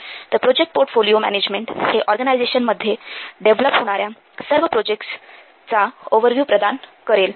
तर project portfolio management हे ऑर्गनायझेशनमध्ये डेव्हलप होणाऱ्या सर्व प्रोजेक्टचा प्रोजेक्ट्स ओव्हर्व्ह्यू प्रदान करेल